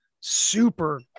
super